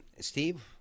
Steve